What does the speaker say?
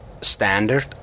standard